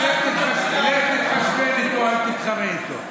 אז לך תתחשבן איתו, אל